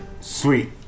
Sweet